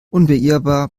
unbeirrbar